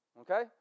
Okay